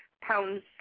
pounds